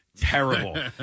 terrible